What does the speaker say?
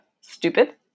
stupid